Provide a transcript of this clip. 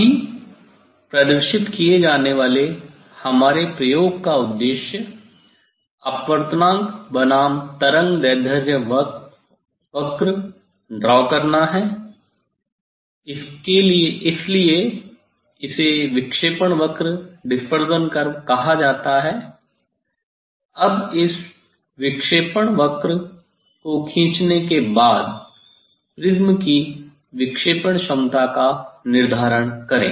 अभी प्रदर्शित किये जाने वाले हमारे प्रयोग का उद्देश्य अपवर्तनांक बनाम तरंग दैर्ध्य वक्र ड्रा करना है इसलिए इसे विक्षेपण वक्र कहा जाता है अब इस विक्षेपण वक्र को खींचने के बाद प्रिज्म की विक्षेपण क्षमता का निर्धारण करें